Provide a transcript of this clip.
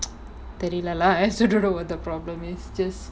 தெரிலலா:therilalaa I also don't know what the problem is just